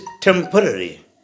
temporary